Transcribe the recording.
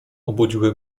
obudziły